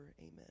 Amen